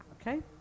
Okay